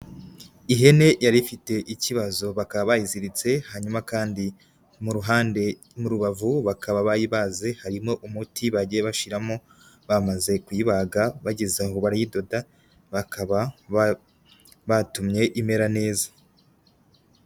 Ihene yari ifite ikibazo bakaba bayiziritse hanyuma kandi mu ruhande, mu rubavu bakaba bayibaze harimo umuti bagiye bashyiramo bamaze kuyibaga, bageze aho barayidoda bakaba batumye imera neza.